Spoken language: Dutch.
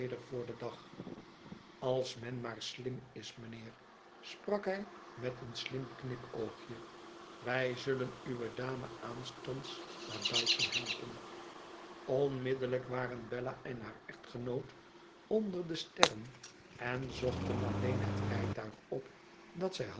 voor den dag als men maar slim is mijnheer sprak hij met een slim knipoogje wij zullen uwe dame aanstonds naar buiten helpen onmiddellijk waren bella en haar echtgenoot onder de sterren en zochten alleen het rijtuig op dat zij